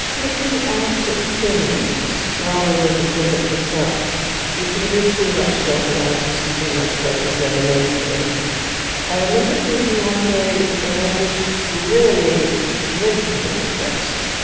looking out at things rather than in at the self you can do too much self analysis and too much self examination. and i remember thinking one day when i was really dreadfully depressed,